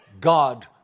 God